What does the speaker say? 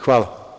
Hvala.